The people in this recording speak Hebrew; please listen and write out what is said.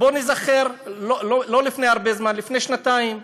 בוא ניזכר, לא לפני הרבה זמן, לפני שנתיים,